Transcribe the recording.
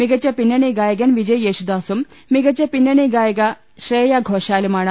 മികച്ച പിന്നണി ഗായകൻ വിജയ് യേശു ദാസും മികച്ച പിന്നണി ഗായിക ശ്രേയ ഘോഷാലുമാണ്